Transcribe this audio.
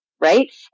right